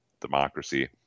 democracy